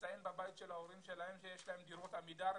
נמצאים בבית של ההורים שלהם שיש להם דירות עמידר.